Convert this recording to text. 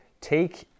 Take